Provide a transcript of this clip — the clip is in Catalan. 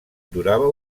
durava